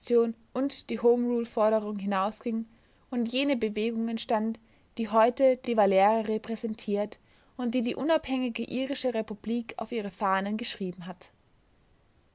und die homeruleforderung hinausging und jene bewegung entstand die heute de valera repräsentiert und die die unabhängige irische republik auf ihre fahnen geschrieben hat